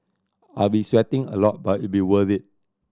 I'll be sweating a lot but it'll be worth it